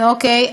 כן, אוקיי.